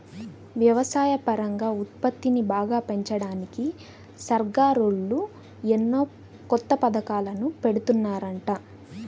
వ్యవసాయపరంగా ఉత్పత్తిని బాగా పెంచడానికి సర్కారోళ్ళు ఎన్నో కొత్త పథకాలను పెడుతున్నారంట